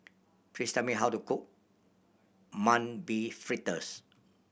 please tell me how to cook Mung Bean Fritters